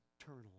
eternal